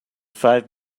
five